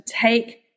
take